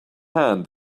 hand